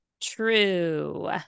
true